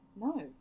No